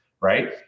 Right